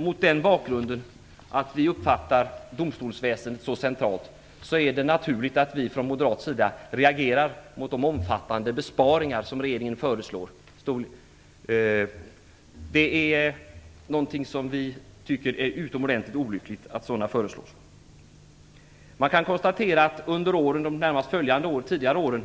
Mot den bakgrunden - att vi uppfattar domstolsväsendet så centralt - är det naturligt att vi från moderat sida agerar mot de omfattande besparingar regeringen föreslår. Vi tycker det är utomordentligt olyckligt att sådana föreslås. Man kan konstatera att under de närmast föregående åren